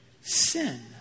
sin